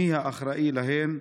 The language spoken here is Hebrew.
מי האחראי להן?